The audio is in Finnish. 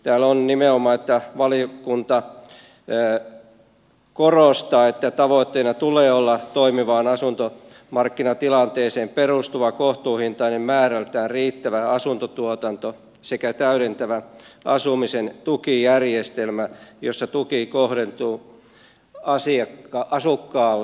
täällä on nimenomaan että valiokunta korostaa että tavoitteena tulee olla toimivaan asuntomarkkinatilanteeseen perustuva kohtuuhintainen määrältään riittävä asuntotuotanto sekä täydentävä asumisen tukijärjestelmä jossa tuki kohdentuu asukkaalle